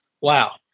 Wow